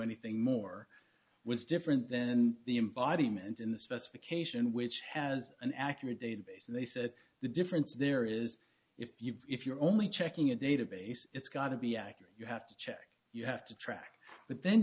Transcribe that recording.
anything more was different then the embodiment in the specification which has an accurate database and they said the difference there is if you if you're only checking a database it's got to be accurate you have to check you have to track but then